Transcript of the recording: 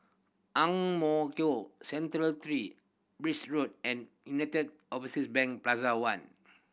Ang Mo Kio Central Three Birch Road and United Overseas Bank Plaza One